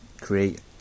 create